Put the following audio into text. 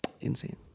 Insane